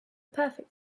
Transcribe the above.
perfect